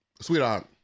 sweetheart